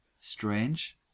strange